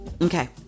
Okay